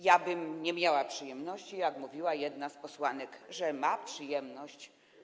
Ja bym nie miała tu przyjemności, a tak mówiła jedna z posłanek, że ma przyjemność.